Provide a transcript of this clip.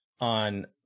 on